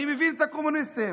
אני מבין את הקומוניסטים,